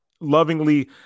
lovingly